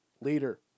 leader